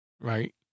right